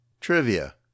Trivia